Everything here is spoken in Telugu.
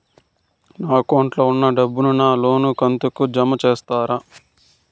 నా అకౌంట్ లో ఉన్న డబ్బును నా లోను కంతు కు జామ చేస్తారా?